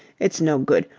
it's no good.